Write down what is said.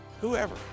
Whoever